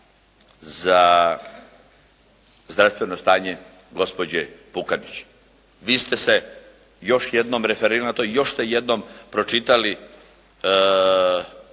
za zdravstveno stanje gospođe Pukanić. Vi ste se još jednom referirali na to, još ste jednom pročitali